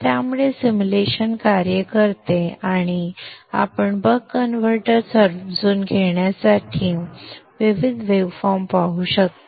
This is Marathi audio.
त्यामुळे सिम्युलेशन कार्य करते आणि आपण बक कन्व्हर्टर सर्किट समजून घेण्यासाठी विविध वेव्हफॉर्म पाहू शकता